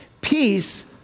peace